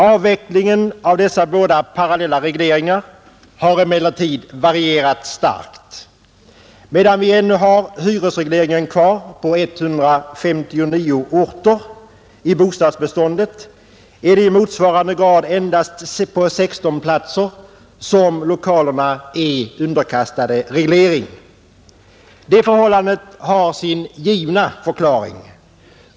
Avvecklingen av dessa båda parallella regleringar har emellertid varierat starkt. Medan vi ännu har hyresregleringen kvar på 159 orter i bostadsbeståndet är det i motsvarande grad endast på 16 platser som lokalerna är underkastade reglering. Det förhållandet har sin givna förklaring.